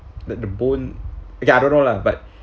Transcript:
that the bone okay I don't know lah but